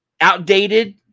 outdated